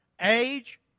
age